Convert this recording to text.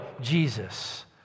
Jesus